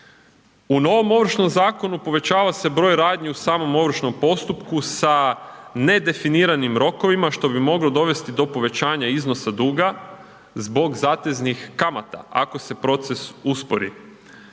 U novom Ovršnom zakonu povećava se broj radnji u samom ovršnom postupku sa nedefiniranim rokovima što bi moglo dovesti do povećanja iznosa duga zbog zateznih kamata ako se proces uspori.